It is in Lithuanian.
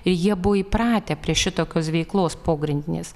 ir jie buvo įpratę prie šitokios veiklos pogrindinės